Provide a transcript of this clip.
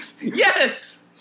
Yes